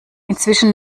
inzwischen